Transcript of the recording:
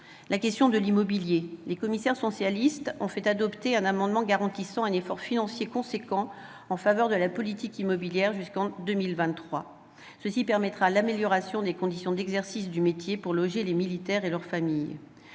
la question de l'immobilier. Les commissaires socialistes ont fait adopter un amendement tendant à garantir un effort financier important en faveur de la politique immobilière jusqu'en 2023. Cela permettra l'amélioration des conditions d'exercice du métier, celle du logement des militaires et de leurs familles.